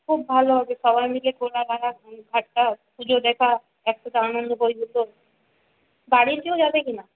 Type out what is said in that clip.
খুব ভালো হবে সবাই মিলে ঘোরাফেরা একটা পুজো দেখা এক সাথে আনন্দ করি বাড়ির কেউ যাবে কিনা